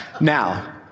Now